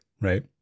right